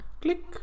Click